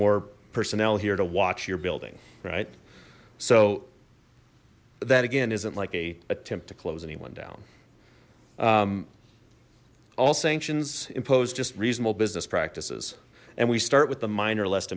more personnel here to watch your building right so that again isn't like a attempt to close anyone down all sanctions imposed just reasonable business practices and we start with the minor le